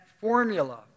formula